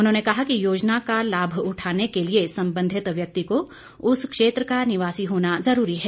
उन्होंने कहा कि योजना का लाभ उठाने के लिए संबंधित व्यक्ति को उस क्षेत्र का निवासी होना ज़रूरी है